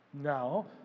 Now